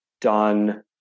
done